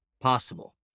possible